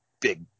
big